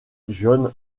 john